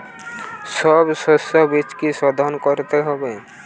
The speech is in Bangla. সব শষ্যবীজ কি সোধন করতে হবে?